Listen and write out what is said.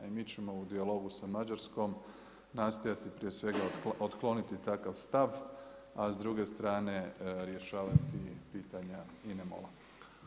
I mi ćemo u dijalogu sa Mađarskom nastojati prije svega otkloniti takav stav, a s druge strane rješavati pitanje INA-e MOL-a.